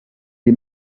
est